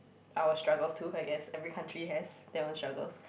Our struggles too I guess every country has their own struggles